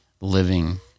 living